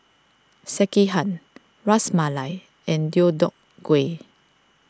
Sekihan Ras Malai and Deodeok Gui